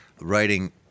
writing